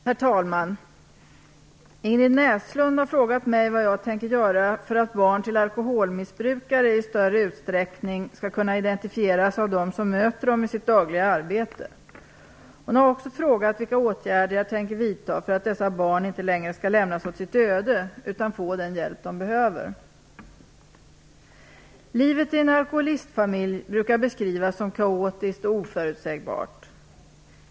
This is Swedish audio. Herr talman! Ingrid Näslund har frågat mig vad jag tänker göra för att barn till alkoholmissbrukare i större utsträckning skall kunna identifieras av dem som möter dessa barn i sitt dagliga arbete. Hon har också frågat vilka åtgärder jag tänker vidta för att de inte längre skall lämnas åt sitt öde utan få den hjälp de behöver. Livet i en alkoholistfamilj brukar beskrivas som kaotiskt och oförutsägbart.